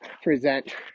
present